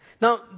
Now